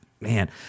man